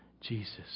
Jesus